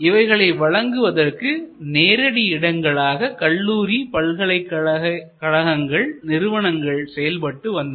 இவைகளை வழங்குவதற்கு நேரடி இடங்களாக கல்லூரிகள் பல்கலைக்கழகங்கள் நிறுவனங்கள் செயல்பட்டு வந்தன